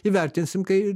įvertinsim kai